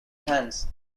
hands